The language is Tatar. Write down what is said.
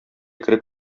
кереп